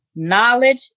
Knowledge